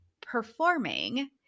performing